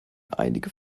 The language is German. einige